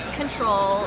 control